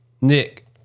Nick